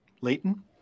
Leighton